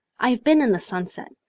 i've been in the sunset.